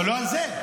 אבל לא על זה.